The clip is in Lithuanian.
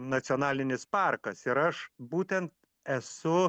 nacionalinis parkas ir aš būtent esu